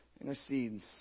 intercedes